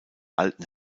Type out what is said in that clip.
alten